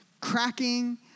cracking